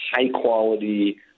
high-quality